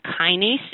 kinase